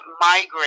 migrate